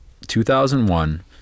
2001